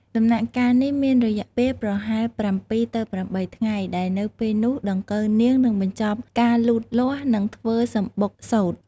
ដំណាក់កាលនេះមានរយៈពេលប្រហែល ៧ ទៅ ៨ ថ្ងៃ ដែលនៅពេលនោះដង្កូវនាងនឹងបញ្ចប់ការលូតលាស់ និងធ្វើសំបុកសូត្រ។